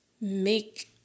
make